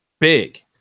big